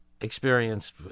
Experienced